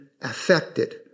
affected